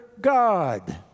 God